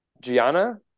Gianna